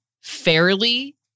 fairly